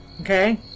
Okay